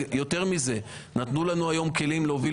יותר מזה, נתנו לנו היום כלים להוביל